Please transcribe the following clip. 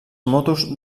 motos